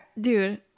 dude